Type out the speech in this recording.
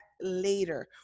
later